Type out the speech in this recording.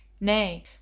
Nay